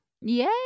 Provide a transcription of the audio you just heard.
Yay